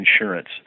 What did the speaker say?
insurance